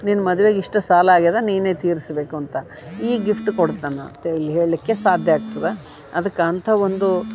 ನಿನ್ನ ಮದ್ವೆಗೆ ಇಷ್ಟು ಸಾಲ ಆಗ್ಯದ ನೀನೇ ತೀರ್ಸ್ಬೇಕು ಅಂತ ಈ ಗಿಫ್ಟ್ ಕೊಡ್ತಾನ ಅಂತ ಇಲ್ಲಿ ಹೇಳಲಿಕ್ಕೆ ಸಾಧ್ಯ ಆಗ್ತದೆ ಅದಕ್ಕೆ ಅಂತ ಒಂದು